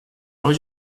would